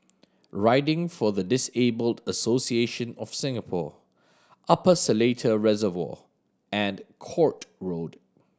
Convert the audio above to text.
Riding for the Disabled Association of Singapore Upper Seletar Reservoir and Court Road